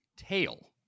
tail